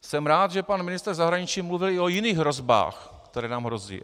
Jsem rád, že pan ministr zahraničí mluvil i o jiných hrozbách, které nám hrozí.